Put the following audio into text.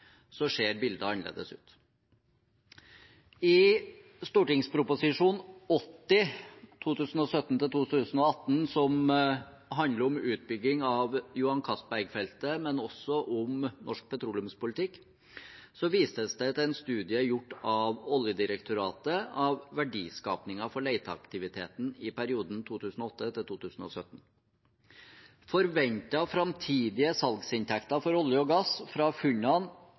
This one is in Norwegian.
ser bildet annerledes ut. I Prop. 80 S for 2017–2018, som handler om utbygging av Johan Castberg-feltet, men også om norsk petroleumspolitikk, vises det til en studie gjort av Oljedirektoratet av verdiskapingen for leteaktiviteten i perioden 2008–2017. Forventede framtidige salgsinntekter for olje og gass fra funnene